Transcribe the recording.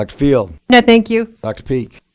but field. no thank you. dr. peak.